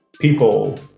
people